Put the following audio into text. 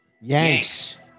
Yanks